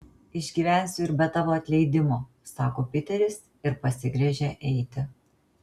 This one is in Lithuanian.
išgyvensiu ir be tavo atleidimo sako piteris ir pasigręžia eiti